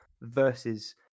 versus